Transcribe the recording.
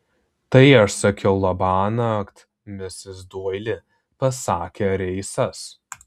tai aš sakiau labanakt misis doili pasakė reisas